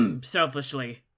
selfishly